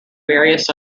various